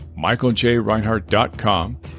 michaeljreinhardt.com